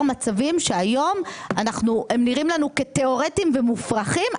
מצבים שהיום הם נראים לנו כתיאורטיים ומופרכים,